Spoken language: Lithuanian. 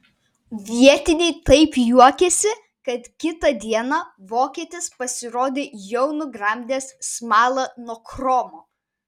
vietiniai taip juokėsi kad kitą dieną vokietis pasirodė jau nugramdęs smalą nuo chromo